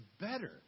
better